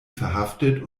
verhaftet